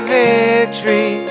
victory